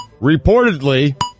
reportedly